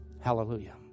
Hallelujah